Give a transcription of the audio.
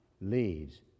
leads